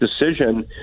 decision